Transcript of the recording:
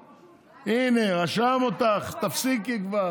הינה, רשם אותך, תפסיקי כבר.